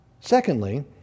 Secondly